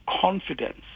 confidence